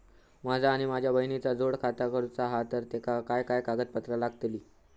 माझा आणि माझ्या बहिणीचा जोड खाता करूचा हा तर तेका काय काय कागदपत्र लागतली?